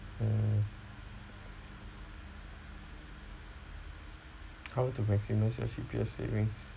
mm how to maximise your C_P_F savings